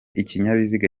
ikinyabiziga